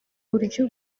buryo